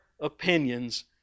opinions